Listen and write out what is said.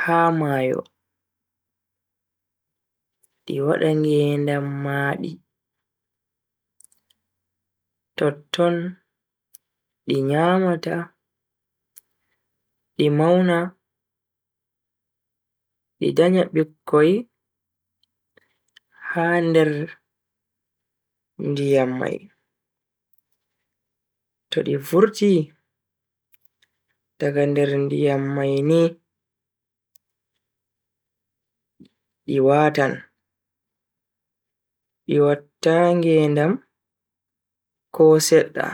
ha mayo di wada ngedam maadi. Totton di nyaamata di mauna di danya bikkoi ha nder ndiyam mai. To di vurti daga nder ndiyam mai ni di waatan di watta ngedam ko sedda.